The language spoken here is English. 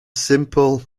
simple